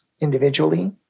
individually